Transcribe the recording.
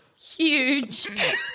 huge